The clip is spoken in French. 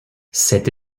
cette